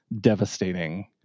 devastating